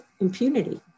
impunity